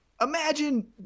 Imagine